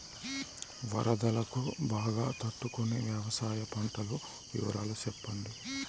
వరదలకు బాగా తట్టు కొనే వ్యవసాయ పంటల వివరాలు చెప్పండి?